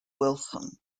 wilson